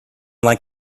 like